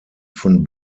von